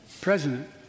president